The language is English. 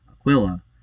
Aquila